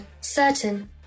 certain